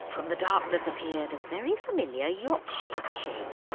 from the darkness appeared a very familiar yacht-shaped shape,